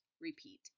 repeat